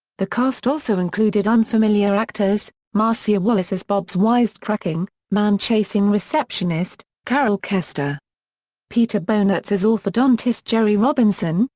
the cast also included unfamiliar actors marcia wallace as bob's wisecracking, man-chasing receptionist, carol kester peter bonerz as orthodontist jerry robinson,